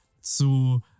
zu